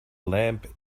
lamp